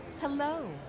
Hello